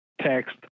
text